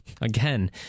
again